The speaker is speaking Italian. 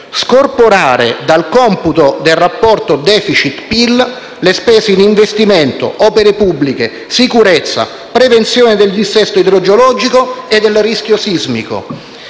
scorporare dal computo del rapporto *deficit*-PIL le spese in investimenti, opere pubbliche, sicurezza, prevenzione del dissesto idrogeologico e del rischio sismico.